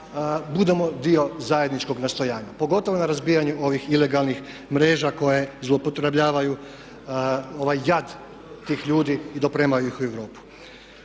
budemo dio zajedničkog nastojanja pogotovo na razbijanju ovih ilegalnih mreža koje zloupotrebljavaju ovaj jad tih ljudi i dopremaju ih u Europu.